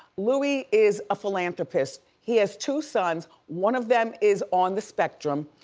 louie is a philanthropist. he has two sons, one of them is on the spectrum.